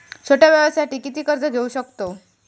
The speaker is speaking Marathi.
छोट्या व्यवसायासाठी किती कर्ज घेऊ शकतव?